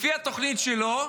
לפי התוכנית שלו,